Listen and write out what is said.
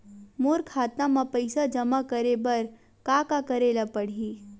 मोर खाता म पईसा जमा करे बर का का करे ल पड़हि?